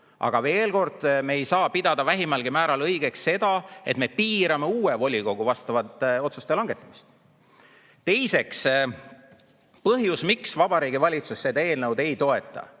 Aga veel kord: me ei saa pidada vähimalgi määral õigeks seda, et me piirame uue volikogu otsuste langetamist. Teiseks, põhjus, miks Vabariigi Valitsus seda eelnõu ei toeta,